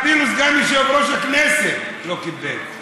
אפילו סגן יושב-ראש הכנסת לא קיבל.